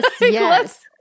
yes